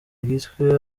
gitwe